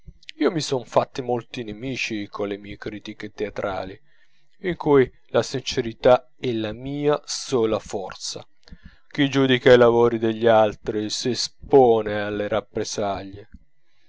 io mi son fatti molti nemici colle mie critiche teatrali in cui la sincerità è la mia sola forza chi giudica i lavori degli altri s'espone alle rappresaglie